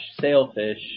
sailfish